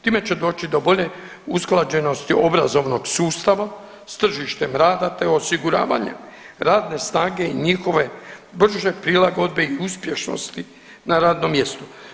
Time će doći do bolje usklađenosti obrazovnog sustava s tržištem rada te osiguravanjem radne snage i njihove brže prilagodbe i uspješnosti na radnom mjestu.